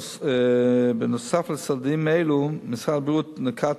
בנוסף לצעדים אלו, משרד הבריאות נקט